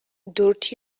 дүрт